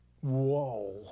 Whoa